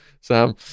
sam